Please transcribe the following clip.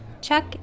Chuck